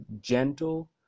gentle